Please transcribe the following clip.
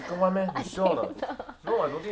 I think so